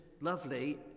lovely